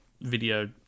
video